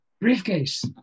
briefcase